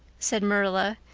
said marilla,